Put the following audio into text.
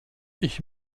ich